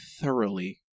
thoroughly